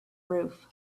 roof